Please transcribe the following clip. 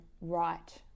right